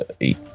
Eight